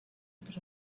per